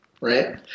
Right